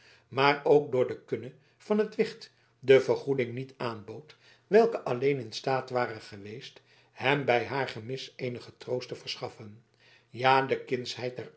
maar ook door de kunne van het wicht de vergoeding niet aanbood welke alleen in staat ware geweest hem bij haar gemis eenigen troost te verschaffen ja de kindsheid der